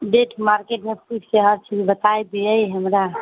rate मार्केटमे पूछके आयल छियै बताए दिअ हमरा